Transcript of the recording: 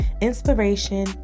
inspiration